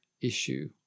issue